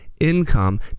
income